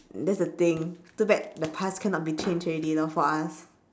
that's the thing too bad the past cannot be changed already lor for us